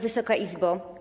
Wysoka Izbo!